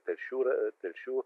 telšių rajo telšių